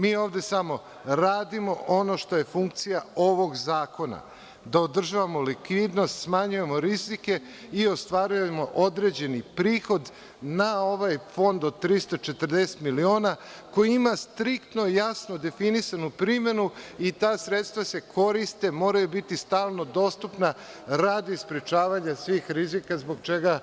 Mi ovde samo radimo ono što je funkcija ovog zakona, da održavamo likvidnost, smanjujemo rizike i ostvarujemo određeni prihod na ovaj fond od 340 miliona koji ima striktno i jasno definisanu primenu i ta sredstva se koriste i moraju biti stalno dostupna radi sprečavanja svih rizika zbog čega